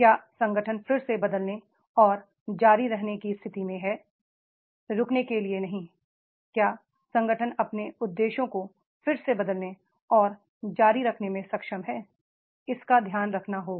क्या संगठन फिर से बदलने और जारी रखने की स्थिति में है रुकने के लिए नहीं क्या संगठन अपने उद्देश्यों को फिर से बदलने और जारी रखने में सक्षम है जिसका ध्यान रखना होगा